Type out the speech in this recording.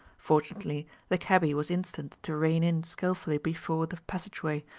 fortunately, the cabby was instant to rein in skilfully before the passageway,